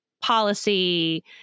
policy